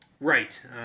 Right